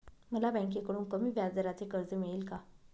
मला बँकेकडून कमी व्याजदराचे कर्ज मिळेल का?